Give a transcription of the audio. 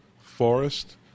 Forest